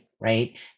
right